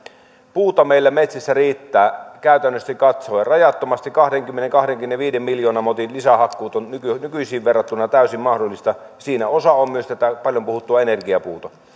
puuta meillä metsissä riittää käytännöllisesti katsoen rajattomasti kahdenkymmenen viiva kahdenkymmenenviiden miljoonan motin lisähakkuut ovat nykyisiin verrattuna täysin mahdollisia siinä osa on myös tätä paljon puhuttua energiapuuta